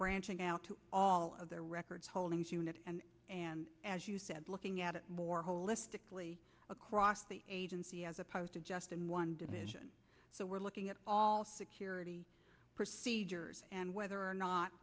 branching out to all of their records holdings unit and as you said looking at it more holistically across the agency as opposed to just in one division so we're looking at all security procedures and whether or not